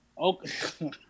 Okay